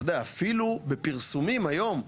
אתה יודע, אפילו בפרסומים היום,